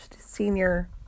senior